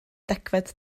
degfed